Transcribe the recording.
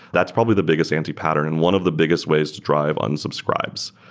that's probably the biggest anti-pattern and one of the biggest ways to drive unsubscribes.